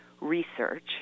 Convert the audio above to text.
research